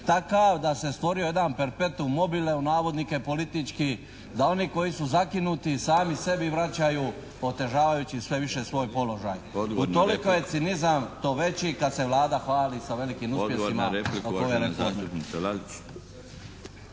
takav da se stvorio jedan perpetuum mobile, u navodnike, politički da oni koji su zakinuti sami sebi vraćaju otežavajući sve više svoj položaj. … /Upadica: Zahvaljujem. Odgovor na repliku/ … Utoliko je cinizam to veći kad se Vlada hvali sa velikim uspjesima